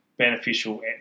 Beneficial